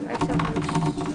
שעת חירום (נגיף